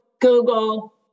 Google